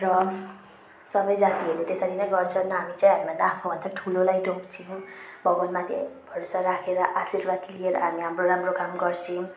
र सबै जातिहरूले त्यसरी नै गर्छन् हामी चाहिँ हामी आफूभन्दा ठुलोलाई ढोग्छौँ भगवानमाथि भरोसा राखेर आशीर्वाद लिएर हामी अब राम्रो काम गर्छौँ